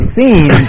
seen